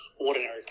ordinary